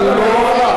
הוא לא,